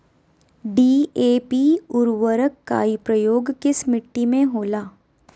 DAP उर्वरक का प्रयोग किस मिट्टी में होला?